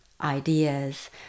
ideas